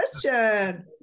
question